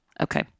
Okay